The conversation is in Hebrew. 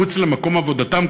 מחוץ למקום עבודתם,